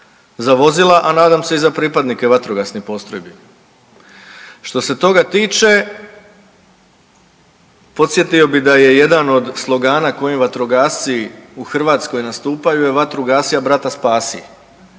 za vozila, a nadam se i za pripadnike vatrogasnih postrojbi. Što se toga tiče podsjetio bi da je jedan od slogana kojim vatrogasci u Hrvatskoj nastupaju je „vatru gasi, a brata spasi“,